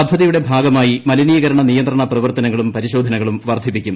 പദ്ധതിയുടെ ഭാഗമായി മലിനീകരണ നിയന്ത്രണ പ്രവർത്തനങ്ങളും പരിശോധനകളും വർധിപ്പിക്കും